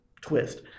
twist